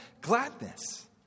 gladness